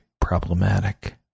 problematic